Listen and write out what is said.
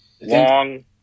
Long